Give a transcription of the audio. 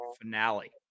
finale